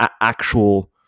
actual